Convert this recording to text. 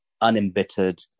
unembittered